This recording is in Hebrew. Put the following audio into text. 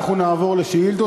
אנחנו נעבור לשאילתות.